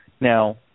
Now